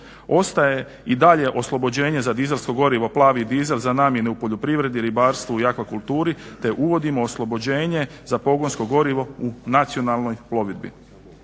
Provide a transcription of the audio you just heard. Ostaje i dalje oslobođenje za dizelsko gorivo plavi dizel za namjene u poljoprivredi, ribarstvu i akvakulturi te uvodimo oslobođenje za pogonsko gorivo u nacionalnoj plovidbi.